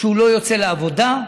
שהוא לא יוצא לעבודה?